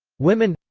women.